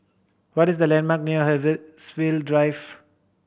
what is the landmark near Haigsville Drive